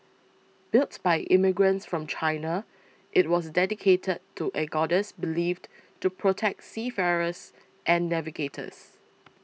built by immigrants from China it was dedicated to a goddess believed to protect seafarers and navigators